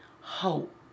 hope